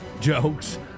Jokes